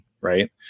right